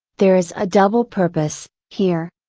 there is a double purpose, here.